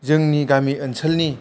जोंनि गामि ओनसोलनि